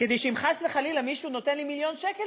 כדי שאם חס וחלילה מישהו נותן לי מיליון שקל,